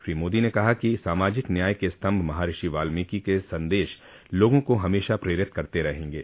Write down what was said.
श्री मोदी ने कहा कि सामाजिक न्याय के स्तम्भ महषि वाल्मीकि के संदेश लोगों को हमेशा प्रेरित करते रहेंगे